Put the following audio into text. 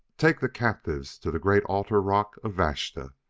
take the captives to the great altar rock of vashta,